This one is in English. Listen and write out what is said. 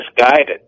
misguided